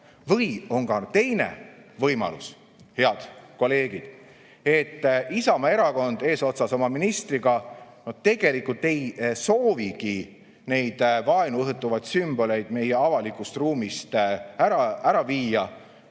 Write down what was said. Või on ka teine võimalus, head kolleegid, et Isamaa Erakond eesotsas oma ministriga tegelikult ei soovigi neid vaenu õhutavaid sümboleid meie avalikust ruumist ära viia,